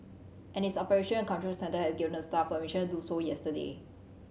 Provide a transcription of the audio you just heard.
and its operation control centre had given the staff permission to do so yesterday